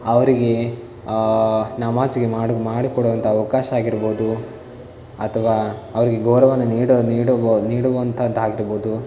ಅವರಿಗೆ ನಮಾಜಿಗೆ ಮಾಡು ಮಾಡಿಕೊಡುವಂಥ ಅವಕಾಶ ಆಗಿರ್ಬೋದು ಅಥವಾ ಅವರಿಗೆ ಗೌರವವನ್ನು ನೀಡೊ ನೀಡಲು ನೀಡುವಂಥದ್ದು ಆಗಿರಬಹುದು